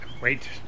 Wait